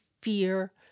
fear